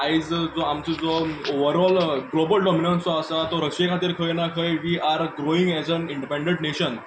आयज जो आमचो जो ओवरओल ग्लोबल डॉमिनन जो आसा तो रशिये खातीर खंय ना खंय we are growing as a independent nation